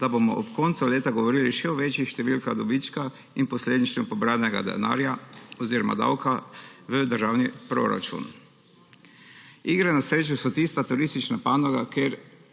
da bomo ob koncu leta govorili še o večjih številkah dobička in posledično pobranega denarja oziroma davka v državni proračun. Igre na srečo so tista turistična panoga, kjer